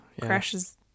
crashes